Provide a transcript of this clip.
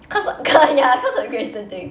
cause cause ya cause of great eastern thing